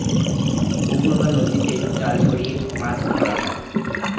পুকুর বা নদীতে জাল ছড়িয়ে মাছ ধরা হয়